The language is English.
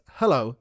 hello